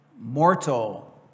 mortal